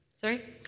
Sorry